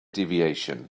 deviation